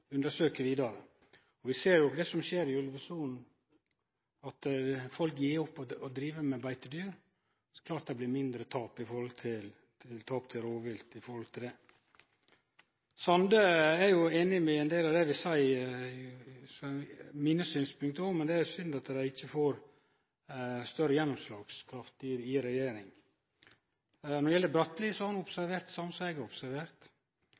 skjer i ulvesonen, at folk gjev opp å drive med beitedyr, og det er klart det blir mindre tap til rovvilt da. Representanten Sande er einig i ein del av mine synspunkt, men det er synd dei ikkje får større gjennomslag i regjering. Når det gjeld Bratli, har ho observert det same som eg har observert.